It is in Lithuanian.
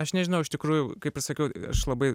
aš nežinau iš tikrųjų kaip ir sakiau aš labai